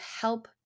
help